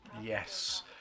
yes